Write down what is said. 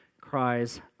cries